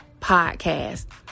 Podcast